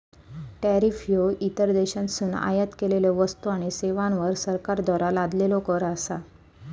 tariff ह्यो इतर देशांतसून आयात केलेल्यो वस्तू आणि सेवांवर सरकारद्वारा लादलेलो कर असा